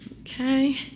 Okay